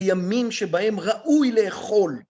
ימים שבהם ראוי לאכול.